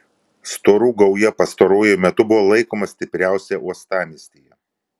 storų gauja pastaruoju metu buvo laikoma stipriausia uostamiestyje